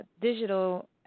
digital